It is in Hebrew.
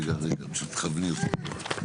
רגע רגע תכווני אותי.